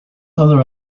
other